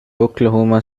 oklahoma